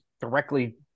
directly